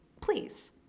please